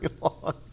long